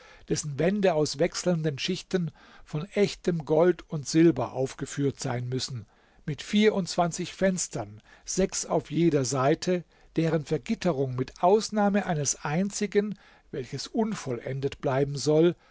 dessen wände aus wechselnden schichten von echtem gold und silber aufgeführt sein müssen mit vierundzwanzig fenstern sechs auf jeder seite deren vergitterung mit ausnahme eines einzigen welches unvollendet bleiben soll